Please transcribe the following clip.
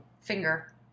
finger